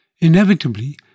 Inevitably